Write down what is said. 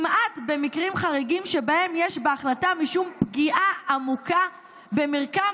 למעט במקרים חריגים שבהם יש בהחלטה משום 'פגיעה עמוקה במרקם